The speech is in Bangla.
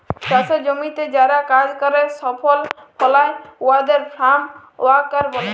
চাষের জমিতে যারা কাজ ক্যরে ফসল ফলায় উয়াদের ফার্ম ওয়ার্কার ব্যলে